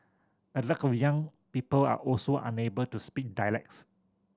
a lot of young people are also unable to speak dialects